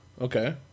Okay